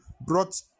brought